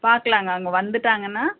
பாக்கலாம்ங்க அவங்க வந்துவிட்டாங்கனா